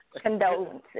Condolences